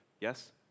Yes